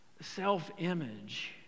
self-image